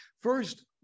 First